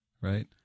Right